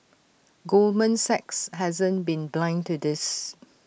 Goldman Sachs hasn't been blind to this